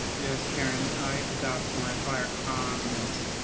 yes. karen i adopt my prior comments.